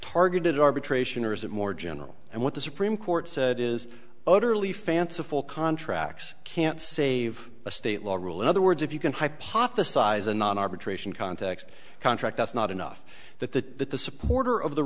targeted arbitration or is it more general and what the supreme court said is utterly fanciful contracts can't save a state law rule in other words if you can hypothesize a non arbitration context contract that's not enough that the that the supporter of the